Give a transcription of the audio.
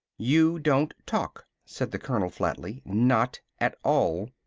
you don't talk, said the colonel flatly. not at all.